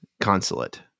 consulate